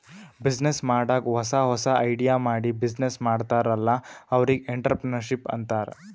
business ಮಾಡಾಗ್ ಹೊಸಾ ಹೊಸಾ ಐಡಿಯಾ ಮಾಡಿ ಬಿಸಿನ್ನೆಸ್ ಮಾಡ್ತಾರ್ ಅಲ್ಲಾ ಅವ್ರಿಗ್ ಎಂಟ್ರರ್ಪ್ರಿನರ್ಶಿಪ್ ಅಂತಾರ್